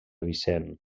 vicent